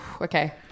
Okay